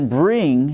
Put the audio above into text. bring